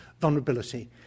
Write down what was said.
vulnerability